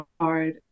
hard